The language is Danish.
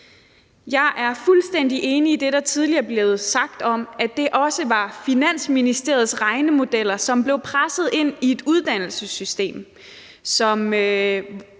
Jeg er fuldstændig enig i det, der tidligere er blevet sagt, om, at det også var Finansministeriets regnemodeller, som blev presset ind i et uddannelsessystem. Man